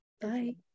Bye